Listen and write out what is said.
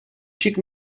xic